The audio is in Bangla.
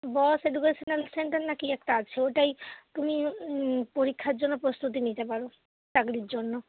বস এডুকেশানাল সেন্টার নাকি একটা আছে ওটাই তুমি পরীক্ষার জন্য প্রস্তুতি নিতে পারো চাকরির জন্য